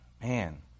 Man